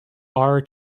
our